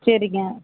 சரிங்க